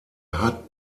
hat